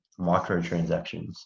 microtransactions